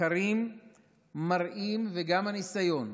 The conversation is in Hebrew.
מחקרים מראים, וגם הניסיון,